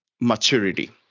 maturity